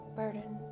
burden